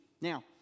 Now